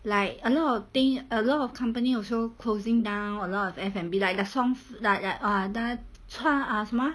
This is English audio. like a lot of thing a lot of company also closing down a lot of F&B like that songs like the what !whoa! ah 什么啊